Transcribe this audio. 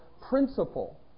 principle